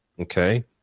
Okay